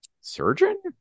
surgeon